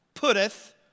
putteth